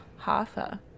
Hoffa